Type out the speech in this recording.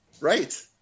Right